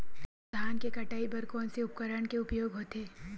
धान के कटाई बर कोन से उपकरण के उपयोग होथे?